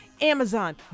Amazon